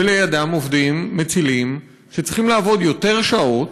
ולידם עובדים מצילים שצריכים לעבוד יותר שעות,